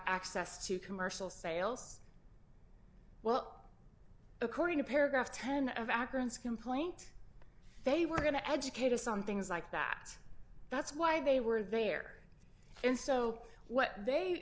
access to commercial sales well according to paragraph ten of akron's complaint they were going to educate us on things like that that's why they were there and so what they